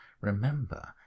remember